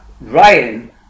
Ryan